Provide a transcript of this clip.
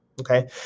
Okay